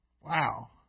Wow